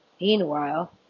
Meanwhile